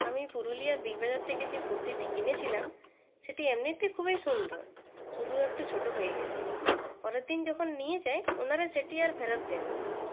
আমি পুরুলিয়ার Big Bazaar থেকে যে কুর্তিটি কিনেছিলাম সেটি এমনিতে খুবই সুন্দর শুধু একটু ছোটো হয়ে গিয়েছে পরের দিন যখন নিয়ে যাই ওঁরা সেটি আর ফেরত দেননি